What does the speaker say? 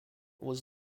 was